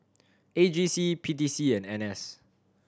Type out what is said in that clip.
A G C P T C and N S